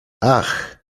ach